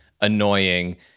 annoying